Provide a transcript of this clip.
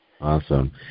Awesome